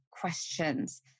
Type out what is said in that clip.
questions